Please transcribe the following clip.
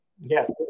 yes